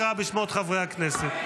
קרא בשמות חברי הכנסת.